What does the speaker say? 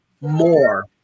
more